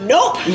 Nope